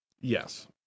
Yes